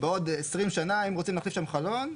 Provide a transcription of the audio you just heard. בעוד 20 שנה אם רוצים להחליף שם חלון,